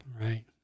Right